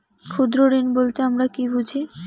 ক্ষুদ্র ঋণ বলতে আমরা কি বুঝি?